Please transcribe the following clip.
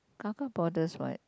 car car borders what